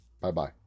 Bye-bye